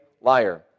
liar